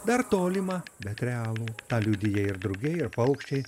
dar tolimą bet realų tą liudija ir drugiai ir paukščiai